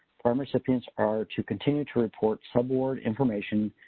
farm recipients are to continue to report subaward information,